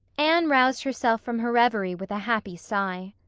anne roused herself from her reverie with a happy sigh.